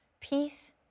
Peace